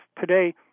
today